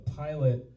pilot